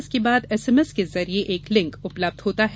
इसके बाद एसएमएस के जरिए एक लिंक उपलब्ध होता है